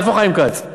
איפה חיים כץ?